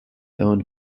owned